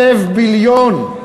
1,000 ביליון,